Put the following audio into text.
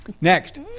Next